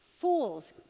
Fools